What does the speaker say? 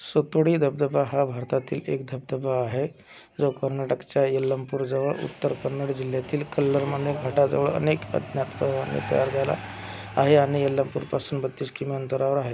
सतोडी धबधबा हा भारतातील एक धबधबा आहे जो कर्नाटकच्या यल्लापूरजवळ उत्तर कन्नड जिल्ह्यातील कल्लरमने घाटाजवळ अनेक अज्ञात प्रवाहांनी तयार झाला आहे आणि यल्लापूरपासून बत्तीस किमी अंतरावर आहे